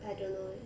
I don't know eh